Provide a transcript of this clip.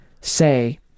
say